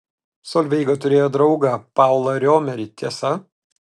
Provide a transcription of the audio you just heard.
solveiga turėjo draugą paulą riomerį tiesa